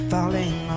Falling